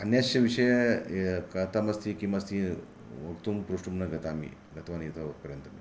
अन्यस्य विषये कथमस्ति किमस्ति वक्तुं प्रष्टुं न गतामि गतवान् एतावत् पर्यन्तम्